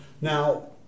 Now